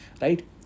right